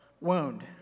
wound